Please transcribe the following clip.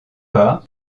pas